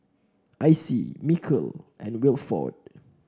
Icie Mikal and Wilford